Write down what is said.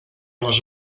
les